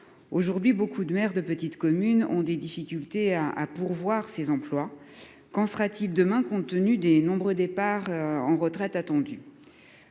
Aujourd'hui, nombre de maires de petites communes ont des difficultés à pourvoir ces emplois. Qu'en sera-t-il demain au regard des nombreux départs à la retraite attendus ?